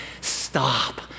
stop